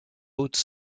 haute